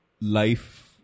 life